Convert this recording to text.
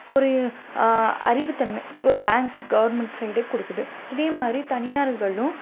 ஒரு அறிவுத்தன்மை ஒரு பேங்க் கவுர்மெண்ட் சைடே கொடுக்குது இதே மாதிரி தனியார்களும்